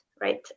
Right